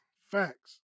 Facts